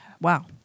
wow